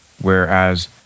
Whereas